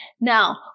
Now